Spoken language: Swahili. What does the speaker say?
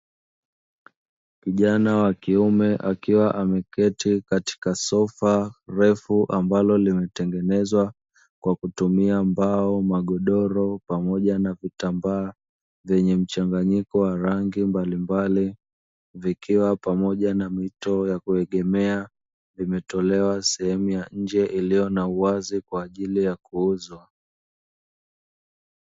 Kijana wa kiume akiwa ameketi katika sofa refu ambalo limetengenezwa kwa kutumia mbao, magodoro pamoja na vitambaa vyenye mchanganyiko wa rangi mbalimbali, vikiwa pamoja na mito ya kuegemea, vimetolewa sehemu ya nje iliyo na uwazi kwaajili ya kuuzwa.